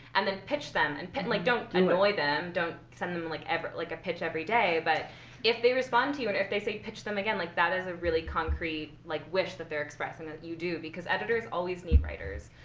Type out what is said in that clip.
and then pitch them, and like, don't annoy them. don't send them, like like, a pitch every day. but if they respond to you and if they say pitch them again, like that is a really concrete like wish that they're expressing that you do, because editors always need writers.